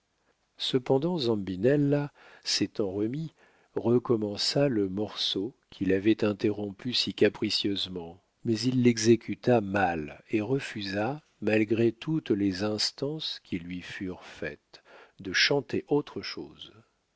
cependant zambinella s'étant remis recommença le morceau qu'il avait interrompu si capricieusement mais il l'exécuta mal et refusa malgré toutes les instances qui lui furent faites de chanter autre chose